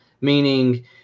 meaning